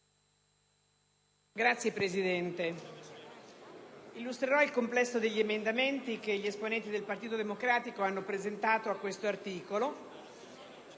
Signor Presidente, illustrerò il complesso degli emendamenti che gli esponenti del Partito Democratico hanno presentato all'articolo